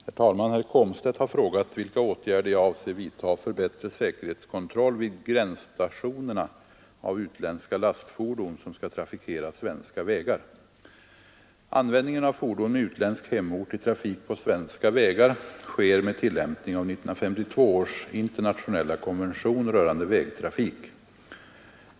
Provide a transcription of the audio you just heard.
Herr talman! Herr Komstedt har frågat vilka åtgärder jag avser vidtaga för bättre säkerhetskontroll vid gränsstationerna av utländska lastfordon som skall trafikera svenska vägar. Användningen av fordon med utländsk hemort i trafik på svenska vägar sker med tillämpning av 1952 års internationella konvention rörande vägtrafik.